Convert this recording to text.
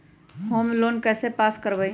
Home loan कैसे pass कर बाबई?